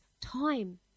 time